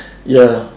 ya